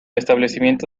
establecimiento